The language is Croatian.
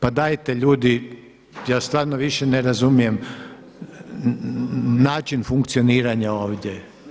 Pa dajte ljudi, ja stvarno više ne razumijem način funkcioniranja ovdje.